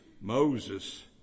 Moses